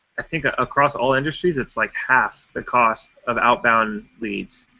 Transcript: i think, ah across all industries it's like half the cost of outbound leads.